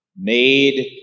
Made